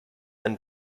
and